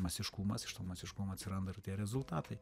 masiškumas iš to masiškumo atsiranda ir tie rezultatai